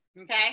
Okay